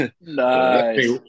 Nice